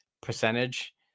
percentage